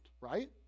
right